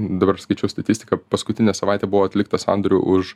dabar skaičiau statistiką paskutinę savaitę buvo atlikta sandorių už